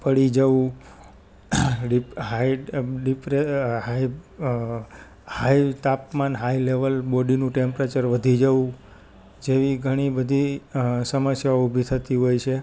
પડી જવું હાઈ ડીપ્રે હાઈ તાપમાન હાઈ લેવલ બોડીનું ટેમ્પરેચર વધી જવું જેવી ઘણી બધી સમસ્યાઓ ઉભી થતી હોય છે